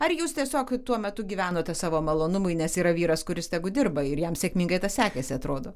ar jūs tiesiog tuo metu gyvenote savo malonumui nes yra vyras kuris tegu dirba ir jam sėkmingai tas sekėsi atrodo